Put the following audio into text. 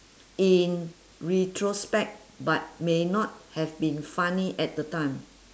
in retrospect but may not have been funny at the time